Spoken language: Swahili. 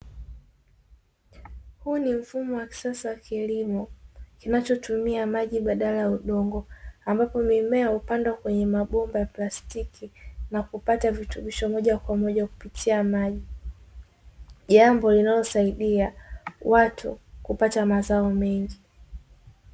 Huu ni mfumo wa kisasa wa kilimo, kinachotumia maji badala ya udongo, ambapo mimea hupandwa kwenye mabomba ya plastiki na kupata virutubisho moja kwa moja kupitia maji. Jambo linalosaidia watu kupata mazao mengi.